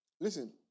Listen